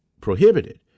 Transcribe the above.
prohibited